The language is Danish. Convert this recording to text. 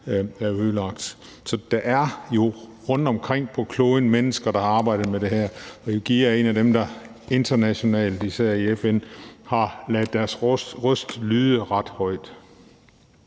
er ødelagt. Så der er jo rundtomkring på kloden mennesker, der har arbejdet med det her, og IWGIA er en af dem, der internationalt – især i FN – har ladet deres røst lyde ret højt.